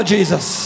Jesus